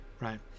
right